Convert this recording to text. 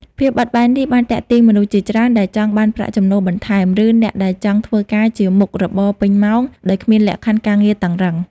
ភាពបត់បែននេះបានទាក់ទាញមនុស្សជាច្រើនដែលចង់បានប្រាក់ចំណូលបន្ថែម ឬអ្នកដែលចង់ធ្វើការជាមុខរបរពេញម៉ោងដោយគ្មានលក្ខខណ្ឌការងារតឹងរ៉ឹង។